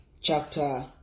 chapter